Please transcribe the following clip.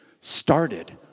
started